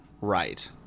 right